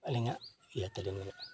ᱟᱹᱞᱤᱧᱟᱜ